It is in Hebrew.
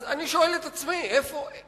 אז אני שואל את עצמי באמת: